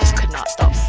could not stop